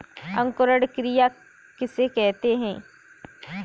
अंकुरण क्रिया किसे कहते हैं?